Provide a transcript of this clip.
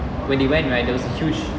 when they went right there was a huge